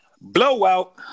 Blowout